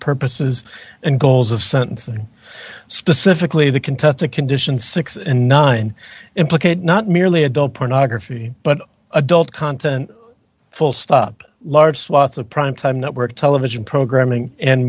purposes and goals of sentencing specifically the contest of conditions six and nine implicated not merely adult pornography but adult content full stop large swaths of primetime network television programming and